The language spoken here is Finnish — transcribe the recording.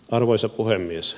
arvoisa puhemies